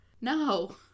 No